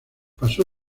paso